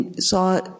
saw